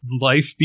life